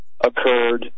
occurred